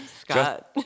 Scott